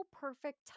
perfect